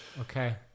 Okay